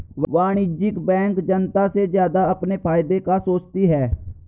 वाणिज्यिक बैंक जनता से ज्यादा अपने फायदे का सोचती है